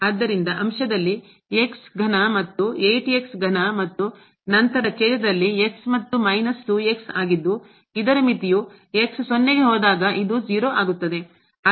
ಆದ್ದರಿಂದ ಅಂಶದಲ್ಲಿ ಘನ ಮತ್ತು 8 ಘನ ಮತ್ತು ನಂತರ ಛೇದದಲ್ಲಿ x ಮತ್ತು ಮೈನಸ್ 2x ಆಗಿದ್ದು ಇದರ ಮಿತಿಯು x ಸೊನ್ನೆಗೆ ಹೋದಾಗ ಇದು 0 ಆಗುತ್ತದೆ